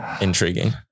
Intriguing